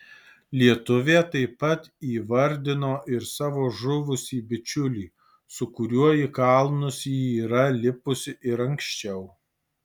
lietuvė taip pat įvardino ir savo žuvusį bičiulį su kuriuo į kalnus ji yra lipusi ir anksčiau